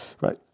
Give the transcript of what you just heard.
Right